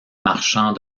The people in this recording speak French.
marchand